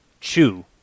Chew